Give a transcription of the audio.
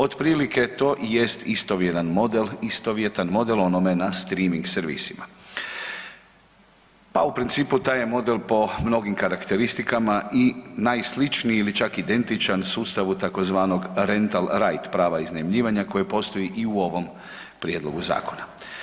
Otprilike to i jest isto jedan model, istovjetan model onome na streamyx servisima, a u principu taj je model po mnogim karakteristikama i najsličniji ili čak identičan sustavu tzv. rental reit prava iznajmljivanja koje postoji i u ovom prijedlogu zakona.